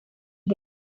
here